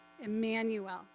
Emmanuel